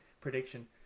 prediction